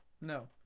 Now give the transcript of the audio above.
No